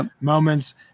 moments